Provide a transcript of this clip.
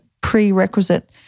prerequisite